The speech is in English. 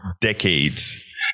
decades